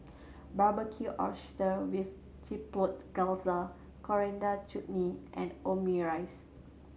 Barbecued Oysters with Chipotle Glaze Coriander Chutney and Omurice